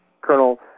Colonel